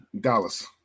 Dallas